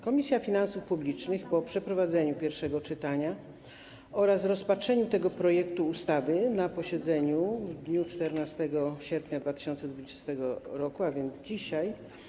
Komisja Finansów Publicznych po przeprowadzeniu pierwszego czytania oraz rozpatrzeniu tego projektu ustawy na posiedzeniu w dniu 14 sierpnia 2020 r., a więc dzisiaj,